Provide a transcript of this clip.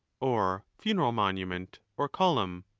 or funeral monument or column.